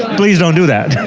please don't do that,